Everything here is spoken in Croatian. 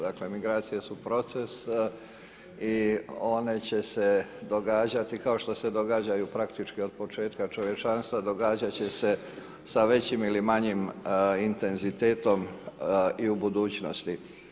Dakle, migracije su proces i one će se događati kao što se događaju praktički od početka čovječanstva, događati će se sa većim ili manjim intenzitetom i u budućnosti.